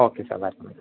okay sir